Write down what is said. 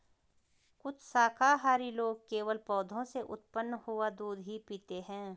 कुछ शाकाहारी लोग केवल पौधों से उत्पन्न हुआ दूध ही पीते हैं